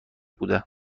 بوده